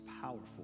powerful